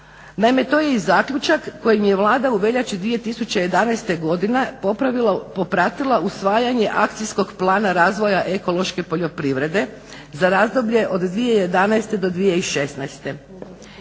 Naime, to je i zaključak kojim je Vlada u veljači 2011.godine popratila usvajanje Akcijskog plana razvoja ekološke poljoprivrede za razdoblje od 2011.do 2016. Tada